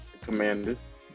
Commanders